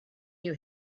you